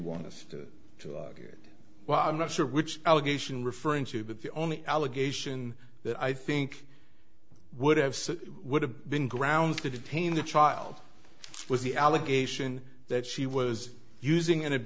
want us to argue it well i'm not sure which allegation referring to but the only allegation that i think would have would have been grounds to detain the child was the allegation that she was using and